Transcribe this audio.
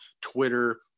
Twitter